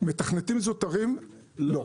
מתכנתים זוטרים לא.